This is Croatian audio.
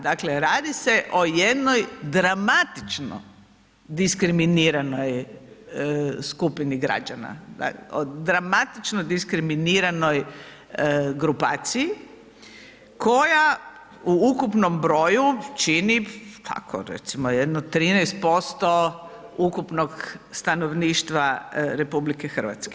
Dakle, radi se o jednoj dramatičnom diskriminiranoj skupini građana, dramatičnoj diskriminiranoj grupaciji, koja u ukupnom broju čini, pa recimo jedno 13% ukupnog stanovništva RH.